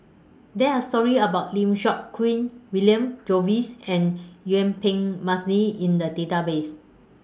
There Are stories about Lim Seok Hui William Jervois and Yuen Peng Mcneice in The Database